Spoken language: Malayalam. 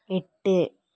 എട്ട്